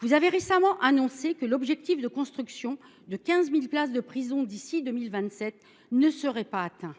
Vous avez récemment annoncé que l’objectif de construction de 15 000 places nettes de prison d’ici à 2027 ne sera pas atteint